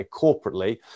corporately